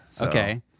Okay